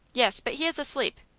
yes but he is asleep.